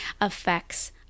affects